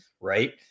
right